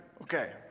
Okay